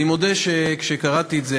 אני מודה שכשקראתי את זה,